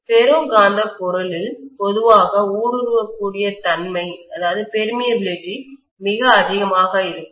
ferro காந்தப் பொருளில் பொதுவாக ஊடுருவக்கூடிய தன்மை பெர்மியபிலிடி மிக அதிகமாக இருக்கும்